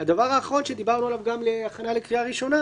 הדבר האחרון שדיברנו עליו גם להכנה לקריאה ראשונה,